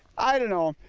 i don't know,